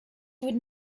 would